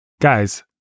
guys